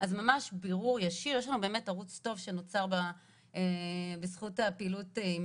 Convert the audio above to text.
אז יש ערוץ טוב שנוצר בזכות הפעילות עם